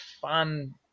fun